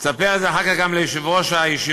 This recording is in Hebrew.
תספר את זה אחר כך גם ליושב-ראש הישיבה